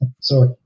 sorry